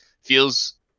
feels